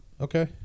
Okay